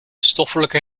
stoffelijke